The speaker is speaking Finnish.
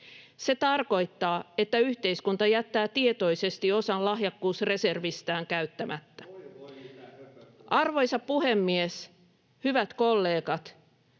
Se tarkoittaa, että yhteiskunta jättää tietoisesti osan lahjakkuusreservistään käyttämättä. [Ben Zyskowicz: